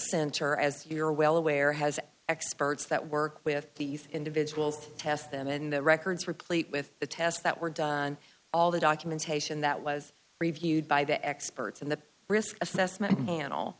center as you're well aware has experts that work with these individuals test them in the records replete with the tests that were done all the documentation that was reviewed by the experts in the risk assessment an